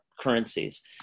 currencies